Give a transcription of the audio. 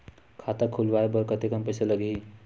खाता खुलवाय बर कतेकन पईसा लगही?